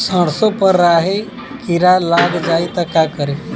सरसो पर राही किरा लाग जाई त का करी?